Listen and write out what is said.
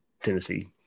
Tennessee